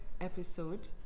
episode